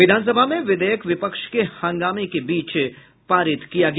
विधानसभा में विधेयक विपक्ष के हंगामे के बीच पारित हुआ